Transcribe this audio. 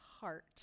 heart